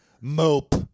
mope